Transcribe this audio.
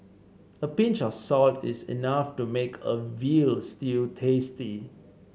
a pinch of salt is enough to make a veal stew tasty